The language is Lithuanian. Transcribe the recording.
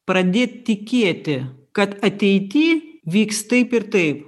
pradėt tikėti kad ateity vyks taip ir taip